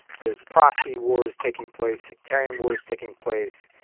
there's proxy wars taking place. sectarian war is taking place.